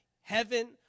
Heaven